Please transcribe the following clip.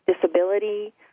disability